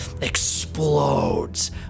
explodes